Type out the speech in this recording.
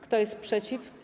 Kto jest przeciw?